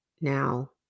now